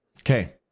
okay